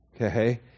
okay